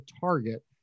target